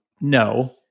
no